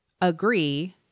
agree